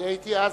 אני הייתי אז